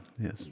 Yes